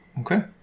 Okay